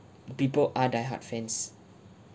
people are die hard fans